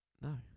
no